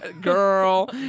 girl